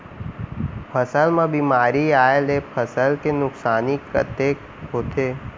फसल म बेमारी आए ले फसल के नुकसानी कतेक होथे?